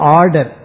order